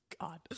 god